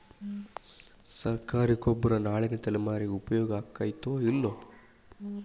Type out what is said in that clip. ಸರ್ಕಾರಿ ಗೊಬ್ಬರ ನಾಳಿನ ತಲೆಮಾರಿಗೆ ಉಪಯೋಗ ಆಗತೈತೋ, ಇಲ್ಲೋ?